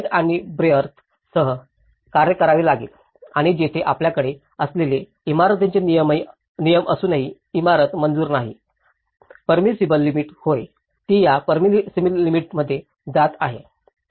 height आणि breadth सह कार्य करावे लागेल आणि येथेच आपल्याकडे असलेल्या इमारतींचे नियम असूनही इमारत मंजूर नाही पेरमिसिबल लिमिट होय तो त्या पेरमिसिबलच्या लिमिटमध्ये जात आहे